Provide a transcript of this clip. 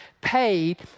paid